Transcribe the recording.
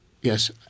Yes